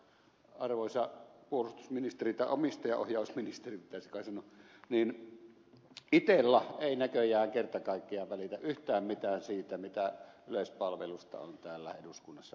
arvoisa puolustusministeri tai omistajaohjausministeri pitäisi kai sanoa itella ei näköjään kerta kaikkiaan välitä yhtään mitään siitä mitä yleispalvelusta on täällä eduskunnassa päätetty